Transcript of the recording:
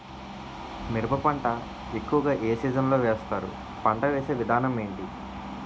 మిరప పంట ఎక్కువుగా ఏ సీజన్ లో వేస్తారు? పంట వేసే విధానం ఎంటి?